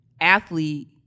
athlete